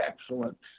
excellent